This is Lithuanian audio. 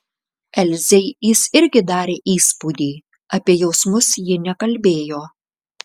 elzei jis irgi darė įspūdį apie jausmus ji nekalbėjo